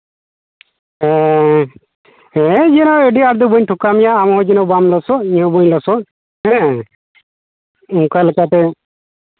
ᱦᱮᱸ ᱦᱮᱸ ᱡᱮᱱᱚ ᱟᱹᱰᱤ ᱟᱸᱴ ᱫᱚ ᱵᱟᱹᱧ ᱴᱷᱚᱠᱟᱣ ᱢᱮᱭᱟ ᱟᱢ ᱦᱚᱸ ᱡᱮᱱᱚ ᱵᱟᱢ ᱞᱚᱥᱚᱜ ᱤᱧᱦᱚᱸ ᱵᱟᱹᱧ ᱞᱚᱥᱚᱜ ᱦᱮᱸ ᱚᱱᱠᱟ ᱞᱮᱠᱟᱛᱮ